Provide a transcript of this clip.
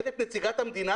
אבל בסוף מדובר בעסקים קטנים,